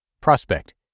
Prospect